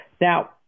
Now